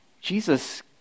Jesus